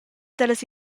dallas